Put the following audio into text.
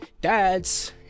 dads